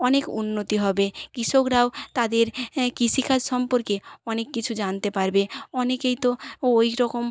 অনেক উন্নতি হবে কৃষকরাও তাদের কৃষিকাজ সম্পর্কে অনেক কিছু জানতে পারবে অনেকেই তো ওই রকম